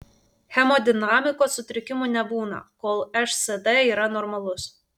hemodinamikos sutrikimų nebūna kol šsd yra normalus